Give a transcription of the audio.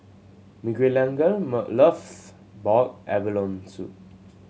Miguelangel loves boiled abalone soup